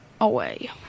away